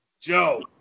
Joe